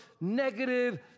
negative